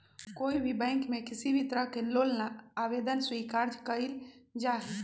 कोई भी बैंक में किसी भी तरह के लोन ला आवेदन स्वीकार्य कइल जाहई